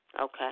Okay